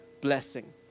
blessing